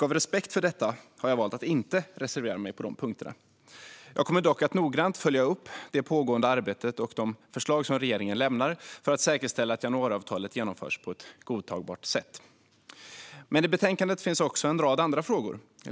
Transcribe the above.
Av respekt för detta har jag valt att inte reservera mig på de punkterna. Jag kommer dock att noggrant följa upp det pågående arbetet och de förslag som regeringen lämnar för att säkerställa att januariavtalet genomförs på ett godtagbart sätt. I betänkandet finns också en rad andra frågor.